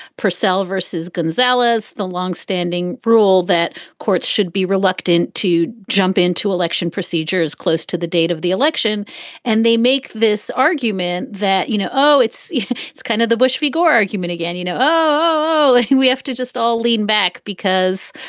parcell vs. gonzalez, the longstanding rule that courts should be reluctant to jump into election procedures close to the date of the election and they make this argument that, you know, oh, it's it's kind of the bush v. gore argument again, you know, oh, ah we have to just all lean back because,